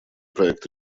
проект